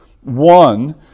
one